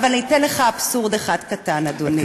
אבל אני אתן לך אבסורד אחד קטן, אדוני.